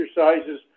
exercises